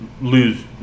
lose